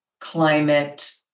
climate